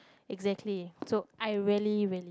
exactly so I rarely